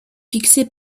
fixé